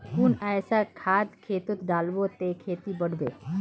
कुन ऐसा खाद खेतोत डालबो ते फसल बढ़बे?